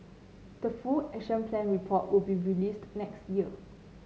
the full Action Plan report will be released next year